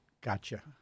gotcha